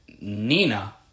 Nina